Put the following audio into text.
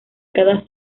cada